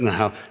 and how.